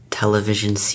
television